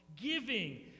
giving